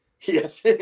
yes